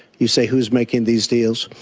you say who's making these deals?